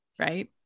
right